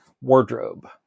wardrobe